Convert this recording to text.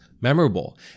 memorable